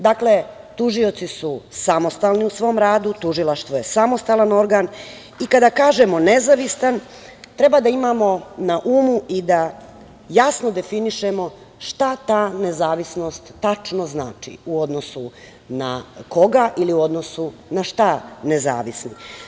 Dakle, tužioci su samostalni u svom radu, tužilaštvo je samostalan organ i kada kažemo nezavistan, treba da imamo na umu i da jasno definišemo šta ta nezavisnost tačno znači, u odnosu na koga ili u odnosu na šta nezavisni.